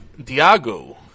Diago